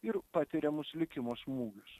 ir patiriamus likimo smūgius